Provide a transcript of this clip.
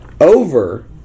over